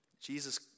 Jesus